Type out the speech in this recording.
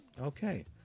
Okay